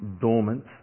dormant